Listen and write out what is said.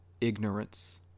ignorance